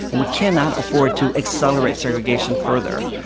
and we cannot afford to accelerate segregation further.